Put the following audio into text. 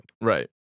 Right